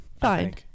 Fine